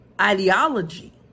ideology